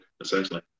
essentially